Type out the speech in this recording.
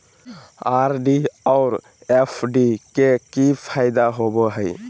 RD और FD के की फायदा होबो हइ?